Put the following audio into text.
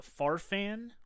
Farfan